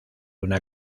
una